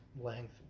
length